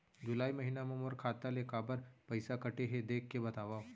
जुलाई महीना मा मोर खाता ले काबर पइसा कटे हे, देख के बतावव?